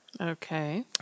Okay